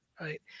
Right